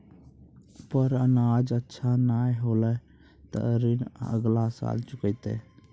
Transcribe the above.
पर अनाज अच्छा नाय होलै तॅ ऋण अगला साल चुकैतै